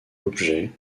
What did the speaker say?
objets